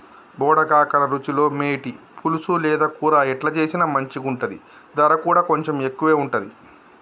బోడ కాకర రుచిలో మేటి, పులుసు లేదా కూర ఎట్లా చేసిన మంచిగుంటది, దర కూడా కొంచెం ఎక్కువే ఉంటది